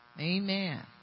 Amen